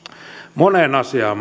moneen asiaan